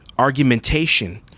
argumentation